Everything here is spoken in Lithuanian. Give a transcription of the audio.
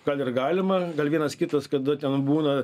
gal ir galima gal vienas kitas kada ten būna